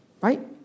right